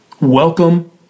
Welcome